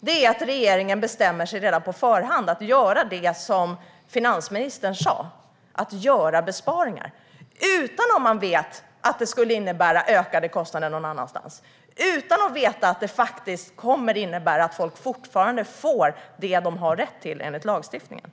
Det är att regeringen redan på förhand bestämmer sig för att göra det som finansministern sa och göra besparingar utan att veta om det innebär ökade kostnader någon annanstans och utan att veta om det kommer att innebära att människor fortfarande får det som de har rätt till enligt lagstiftningen.